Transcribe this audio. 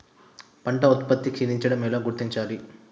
పంట ఉత్పత్తి క్షీణించడం ఎలా గుర్తించాలి?